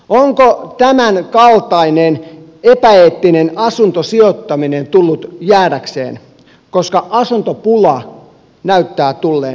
onko tämänkaltainen epäeettinen asuntosijoittaminen tullut jäädäkseen koska asuntopula näyttää tulleen jäädäkseen